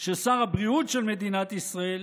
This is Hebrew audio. ששר הבריאות של מדינת ישראל